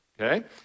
okay